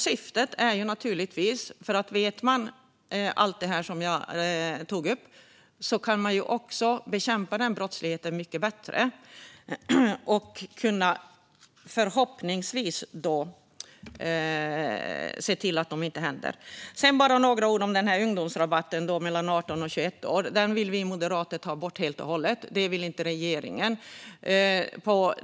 Syftet är att om man vet allt det här som jag nyss tog upp kan man också bekämpa brottsligheten mycket bättre och förhoppningsvis kunna se till att den upphör. Jag vill säga några ord om ungdomsrabatten för personer mellan 18 och 21 år. Vi moderater vill ta bort den helt och hållet. Det vill inte regeringen.